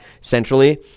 centrally